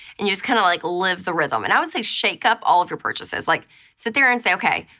and you just kind of like live the rhythm. and i would say shake up all of your purchases. like sit there and say, okay,